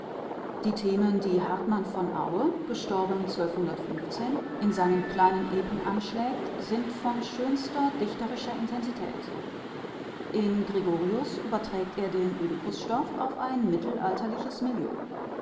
die themen die hartmann von au in seinen kleinen epen anschlägt sind von schönster intensität in gregorius überträgt er den ödipusstoff auf ein mittelalterliches milieu